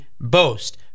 boast